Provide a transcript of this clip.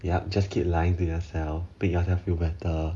yup just keep lying to yourself make yourself feel better